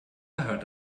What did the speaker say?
hört